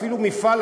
אפילו מפעל,